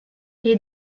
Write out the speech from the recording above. est